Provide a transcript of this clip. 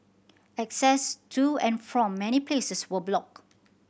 access to and from many places were blocked